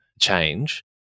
change